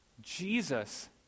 Jesus